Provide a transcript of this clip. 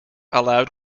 allowed